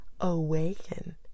Awaken